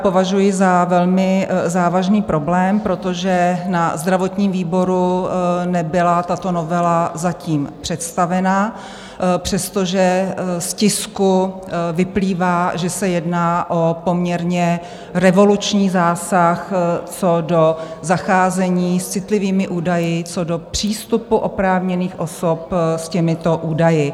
To považuji za velmi závažný problém, protože na zdravotním výboru nebyla tato novela zatím představena, přestože z tisku vyplývá, že se jedná o poměrně revoluční zásah co do zacházení s citlivými údaji, co do přístupu oprávněných osob s těmito údaji.